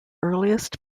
earliest